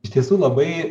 iš tiesų labai